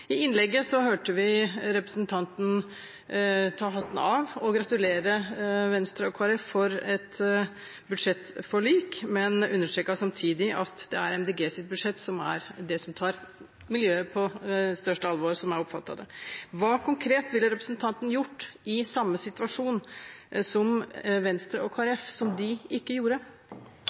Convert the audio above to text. I innlegget hørte vi representanten ta hatten av og gratulere Venstre og Kristelig Folkeparti med et budsjettforlik, men han understreket samtidig at det er Miljøpartiet De Grønnes budsjett som er det som tar miljøet på største alvor, slik jeg oppfattet det. Hva konkret ville representanten gjort i samme situasjon som Venstre og Kristelig Folkeparti, som de ikke gjorde?